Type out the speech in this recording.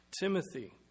Timothy